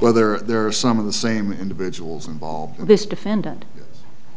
whether there are some of the same individuals involved in this defendant